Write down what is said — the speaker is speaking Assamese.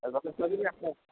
আছে